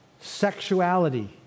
sexuality